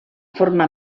forma